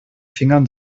fingern